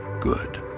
good